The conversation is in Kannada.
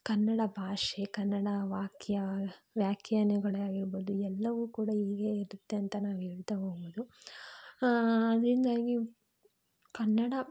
ಕನ್ನಡ ಭಾಷೆ ಕನ್ನಡ ವಾಕ್ಯ ವ್ಯಾಖ್ಯಾನಗಳೇ ಆಗಿರ್ಬೋದು ಎಲ್ಲವು ಕೂಡ ಹೀಗೆ ಇರುತ್ತೆ ಅಂತ ನಾವು ಹೇಳ್ತಾ ಹೋಗ್ಬೋದು ಅದರಿಂದಾಗಿ ಕನ್ನಡ